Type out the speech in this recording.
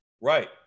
right